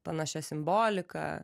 panašia simbolika